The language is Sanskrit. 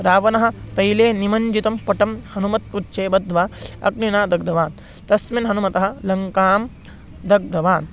रावणः तैले निमज्जितं पटं हनूमतः पुच्छे बद्ध्वा अग्निना दग्धवान् तस्मिन् हनूमान् लङ्कां दग्धवान्